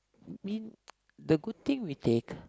mean the good thing we take